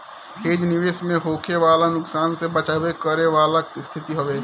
hedge निवेश में होखे वाला नुकसान से बचाव करे वाला स्थिति हवे